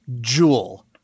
jewel